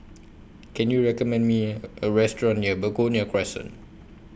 Can YOU recommend Me A Restaurant near Begonia Crescent